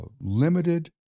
limited